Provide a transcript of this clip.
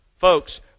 Folks